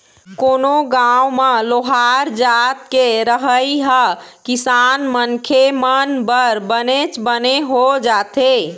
कोनो गाँव म लोहार जात के रहई ह किसान मनखे मन बर बनेच बने हो जाथे